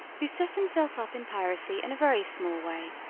who set himself up in piracy in a very small way,